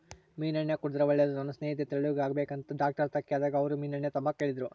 ಮೀನೆಣ್ಣೆ ಕುಡುದ್ರೆ ಒಳ್ಳೇದು, ನನ್ ಸ್ನೇಹಿತೆ ತೆಳ್ಳುಗಾಗ್ಬೇಕಂತ ಡಾಕ್ಟರ್ತಾಕ ಕೇಳ್ದಾಗ ಅವ್ರು ಮೀನೆಣ್ಣೆ ತಾಂಬಾಕ ಹೇಳಿದ್ರು